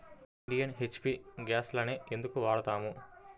Indian, HP గ్యాస్లనే ఎందుకు వాడతాము?